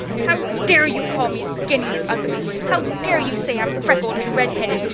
how dare you call me skinny and ugly? how dare you say i'm freckled and redheaded?